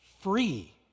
free